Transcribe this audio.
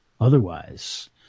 otherwise